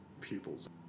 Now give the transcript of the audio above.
pupils